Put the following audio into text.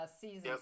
season